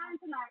tonight